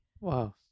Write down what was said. Wow